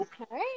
Okay